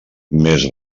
més